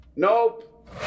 Nope